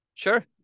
Sure